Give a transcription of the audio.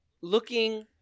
looking